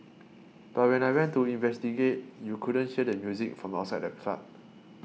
but when I went to investigate you couldn't hear the music from outside the club